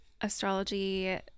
astrology